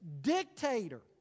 dictator